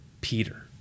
Peter